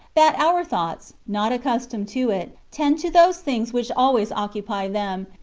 that our thoughts, not accustomed to it, tend to those things which always occupy them,